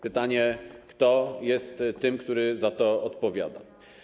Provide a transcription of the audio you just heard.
Pytanie, kto jest tym, który za to odpowiada.